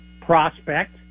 prospect